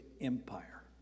empire